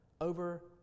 over